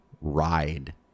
ride